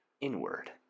inward